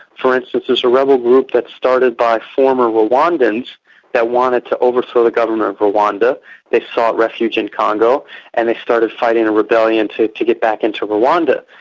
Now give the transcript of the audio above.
for instance, there's a rebel group that's started by former rwandans that wanted to overthrow the government of rwanda they sought refuge in congo and they started fighting a rebellion to to get back into rwanda.